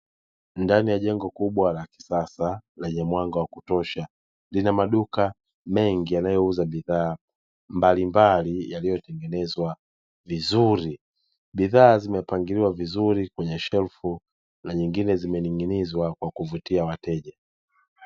Ndani ya jengo kubwa la kisasa lenye mwanga wa kutosha, lina maduka mengi yanayouza bidhaa mbalimbali yaliyotengenezwa vizuri. Bidhaa zimepangiliwa vizuri kwenye shelfu zimening'izwa kwa kuvutia wateja.